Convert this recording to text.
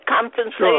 compensation